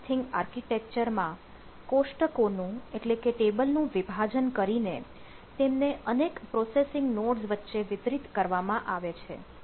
shared nothing આર્કિટેક્ચરમાં કોષ્ટકોનું વિભાજન કરીને તેમને અનેક પ્રોસેસિંગ નોડ્સ વચ્ચે વિતરિત કરવામાં આવે છે